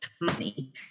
money